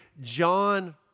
John